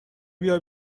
بیا